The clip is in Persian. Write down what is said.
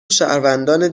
شهروندان